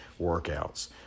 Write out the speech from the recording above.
workouts